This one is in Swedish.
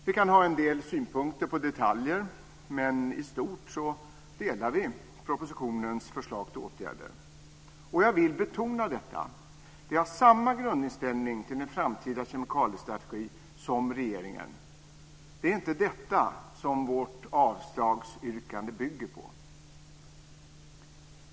Vi kan ha en del synpunkter på detaljer, men i stort instämmer vi i propositionens förslag till åtgärder. Jag vill betona detta. Vi har samma grundinställning till en framtida kemikaliestrategi som regeringen. Det är inte detta som vårt avslagsyrkande bygger på.